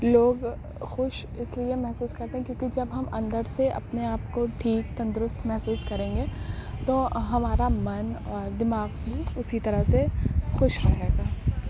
لوگ خوش اس لیے محسوس کرتے ہیں کیوں کہ جب ہم اندر سے اپنے آپ کو ٹھیک تندرست محسوس کریں گے تو ہمارا من اور دماغ بھی اسی طرح سے خوش رہے گا